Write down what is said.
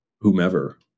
whomever